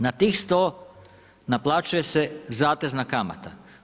Na tih 100 naplaćuje se zatezna kamata.